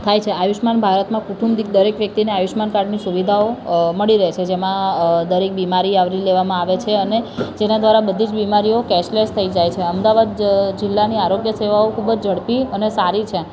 થાય છે આયુષ્યમાન ભારતમાં કૌટુંબિક દરેક વ્યક્તિને આયુષ્યમાન કાર્ડની સુવિધાઓ મળી રહે છે જેમાં દરેક બીમારી આવરી લેવામાં આવે છે અને જેના દ્વારા બધી જ બીમારીઓ કૅશલેસ થઈ જાય છે અમદાવાદ જ જિલ્લાની આરોગ્ય સેવાઓ ખૂબ જ ઝડપી અને સારી છે